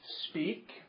speak